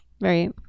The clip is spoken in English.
Right